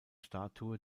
statue